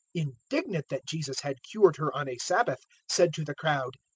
indignant that jesus had cured her on a sabbath, said to the crowd,